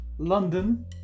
London